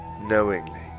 knowingly